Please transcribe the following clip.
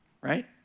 right